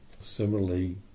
Similarly